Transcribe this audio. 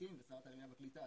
המשפטים ושרת העלייה והקליטה,